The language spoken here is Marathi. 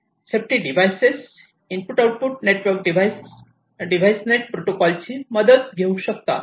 safety devices input output network device net protocol ची मदत घेऊ शकतात